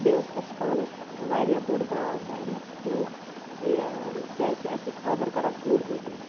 بیٚیہِ اوس اسہِ پانس واریاہ بوٚڑ باغ گرِ فریٚوٹ یہِ کیازِ کہ أسۍ اوس فادر کران فریٚوٹ بِزنٮ۪س